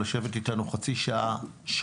לשבת איתנו חצי שעה-שעה,